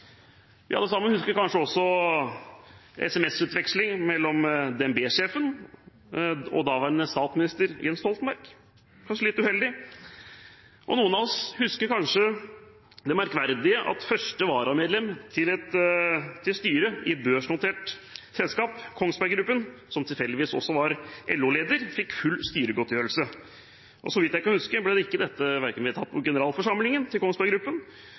Vi husker kanskje også en SMS-utveksling mellom DnB-sjefen og daværende statsminister Jens Stoltenberg. Kanskje litt uheldig? Og noen av oss husker kanskje det merkverdige at første varamedlem til styret i et børsnotert selskap, Kongsberg Gruppen – som «tilfeldigvis» også var LO-leder – fikk full styregodtgjørelse. Så vidt jeg kan huske, ble ikke dette vedtatt på generalforsamlingen til